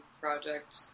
project